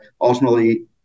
ultimately